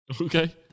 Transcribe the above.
Okay